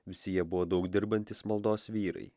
visi jie buvo daug dirbantys maldos vyrai